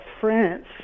France